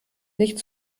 nicht